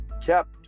kept